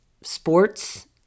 sports